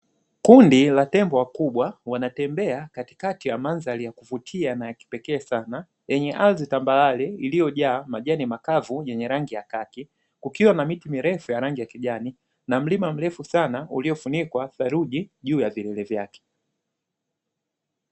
Kundi la tembo wakubwa wanatembea katikati ya mandhari ya kuvutia na ya kipekee sana yenye ardhi tambarare iliyojaa majani makavu yenye rangi ya kaki, kukiwa na miti mirefu ya rangi ya kijani na mlima mrefu sana uliofunikwa theruji juu ya vilele vyake.